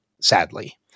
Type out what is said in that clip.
sadly